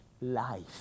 life